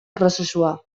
prozesua